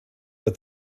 but